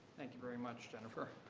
thank you very much jennifer,